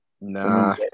Nah